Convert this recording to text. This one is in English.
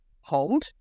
hold